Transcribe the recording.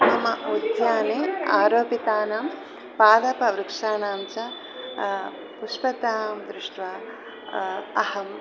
मम उद्याने आरोपितानां पादपानां वृक्षाणां च पुष्पतां दृष्ट्वा अहम्